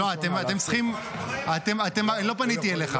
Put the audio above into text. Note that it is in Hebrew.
לא פניתי אליך.